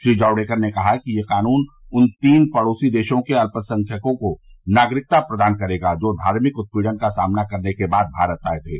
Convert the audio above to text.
श्री जावडेकर ने कहा कि यह कानून उन तीन पड़ोसी देशों के अल्पसंख्यकों को नागरिकता प्रदान करेगा जो धार्मिक उत्पीड़न का सामना करने के बाद भारत आ गए थे